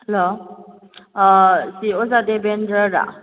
hello ꯑꯥ ꯁꯤ ꯑꯣꯖꯥ ꯗꯦꯕꯦꯟꯗ꯭ꯔꯔꯥ